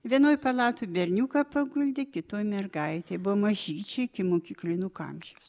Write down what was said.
vienoj palatoj berniuką paguldė kitoj mergaitę buvo mažyčiai ikimokyklinukų amžiaus